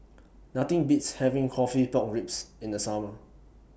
Nothing Beats having Coffee Pork Ribs in The Summer